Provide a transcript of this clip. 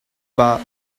bar